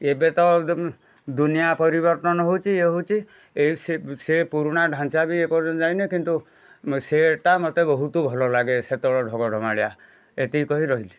ଏବେ ତ ଦୁନିଆ ପରିବର୍ତ୍ତନ ହେଉଛି ଇଏ ହେଉଛି ଏଇ ସିଏ ସେ ପୁରୁଣା ଢାଞ୍ଚା ବି ଏ ପର୍ଯ୍ୟନ୍ତ ଯାଇନି କିନ୍ତୁ ସେଇଟା ମୋତେ ବହୁତ ଭଲ ଲାଗେ ସେତେବେଳ ଢଗଢ଼ମାଳିଆ ଏତିକି କହି ରହିଲି